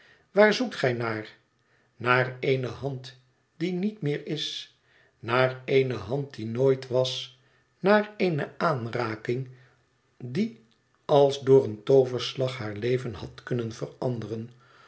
waar zoekt zij naar naar eene hand die niet meer is naar eene hand die nooit was naar eene aanraking die als door een tooverslag haar leven had kunnen veranderen